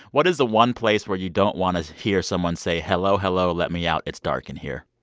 what is the one place where you don't want to hear someone say, hello? hello. let me out. it's dark in here